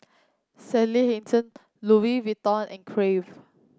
Sally Hansen Loui Vuitton and Crave